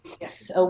Yes